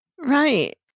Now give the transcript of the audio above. Right